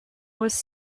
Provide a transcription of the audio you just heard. was